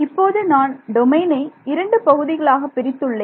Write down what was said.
இப்போது நான் டொமைனை இரண்டு பகுதிகளாக பிரித்து உள்ளேன்